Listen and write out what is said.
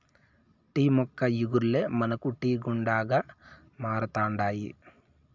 tea మొక్క ఇగుర్లే మనకు టీ గుండగా మారుతండాయి